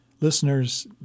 listeners